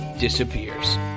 disappears